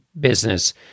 business